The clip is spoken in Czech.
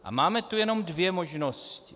A máme tu jenom dvě možnosti.